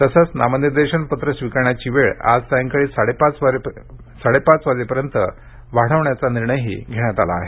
तसंच नामनिर्देशन पत्रे स्विकारण्यासाठी वेळ आज सायंकाळी साडेपाच वाजेपर्यंत वेळ वाढविण्याचा निर्णयही घेण्यात आला आहे